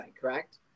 correct